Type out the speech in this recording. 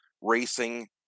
racing